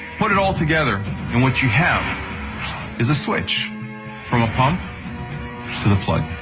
put it all together and what you have is a switch from a pump to the plug.